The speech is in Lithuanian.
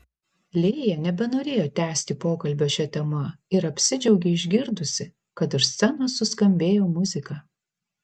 lėja nebenorėjo tęsti pokalbio šia tema ir apsidžiaugė išgirdusi kad už scenos suskambėjo muzika